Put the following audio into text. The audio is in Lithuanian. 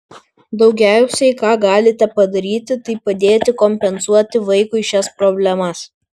daugiausiai ką galite padaryti tai padėti kompensuoti vaikui šias problemas